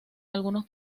algunos